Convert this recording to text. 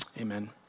Amen